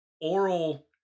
oral